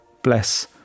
Bless